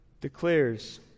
declares